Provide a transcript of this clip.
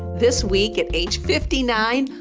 this week, at age fifty nine,